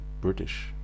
British